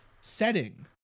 setting